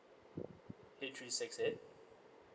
eight three six eight